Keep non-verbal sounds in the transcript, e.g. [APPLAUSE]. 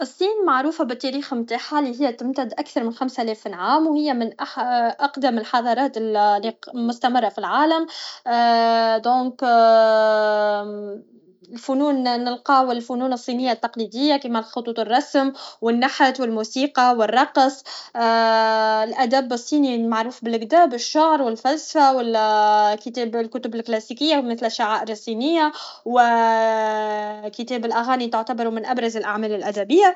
الصين معروفه بالتاريخ نتاعها لي هي تمتد اكثر من خمسالاف نعام و هي من اح اقدم الحضارات [HESITATION] المستمره فالعالم [HESITATION] دونك [HESITATION] الفنون نلقاو الفنون التقليديه الصينيه كما خطوط الرسم و النحت و الموسيقى و الرقص [HESITATION] الادب الصيني معروف بلجدا بالشعر و الفلسفه و [HESITATION] و الكتب لكلاسيكيه مثل الشعائر الصينيه و [HESITATION] و كتاب الاغاني تعتبر من اهم الاعمال الادبيه